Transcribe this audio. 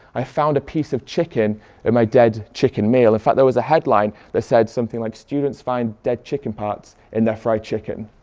i found a piece of chicken in my dead chicken ah and but there was a headline that said something like students find dead chicken parts in their fried chicken'.